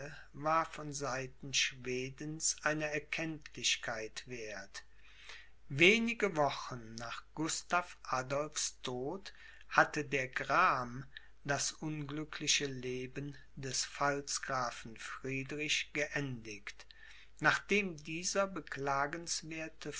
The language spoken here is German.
war von seiten schwedens einer erkenntlichkeit werth wenige wochen nach gustav adolphs tod hatte der gram das unglückliche leben des pfalzgrafen friedrich geendigt nachdem dieser beklagenswerte